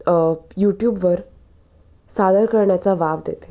यूट्यूबवर सादर करण्याचा वाव देते